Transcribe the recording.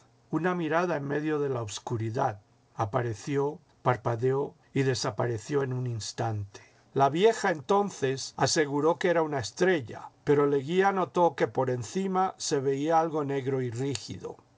una mirada en medio de la obscuridad apareció parpadeó y desapareció en un instante la vieja entonces aseguró que era una estrella pero leguía notó que por encima se veía algo negro y rígido